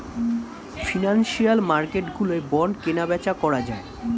financial মার্কেটগুলোয় bond কেনাবেচা করা যায়